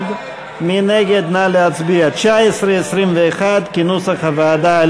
אנחנו מצביעים על סעיפים 19 21 כנוסח הוועדה,